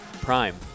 Prime